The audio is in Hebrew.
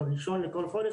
ב-1 לכל חודש,